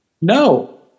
No